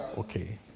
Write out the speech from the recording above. Okay